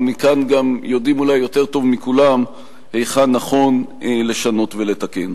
ומכאן גם יודעים אולי יותר טוב מכולם היכן נכון לשנות ולתקן.